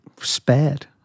spared